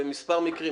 במספר מקרים,